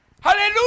Hallelujah